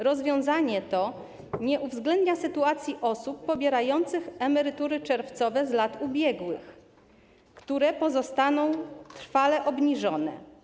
Rozwiązanie to nie uwzględnia sytuacji osób pobierających emerytury czerwcowe z lat ubiegłych, które pozostaną trwale obniżone.